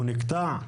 הוא נקטע?